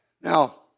Now